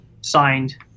signed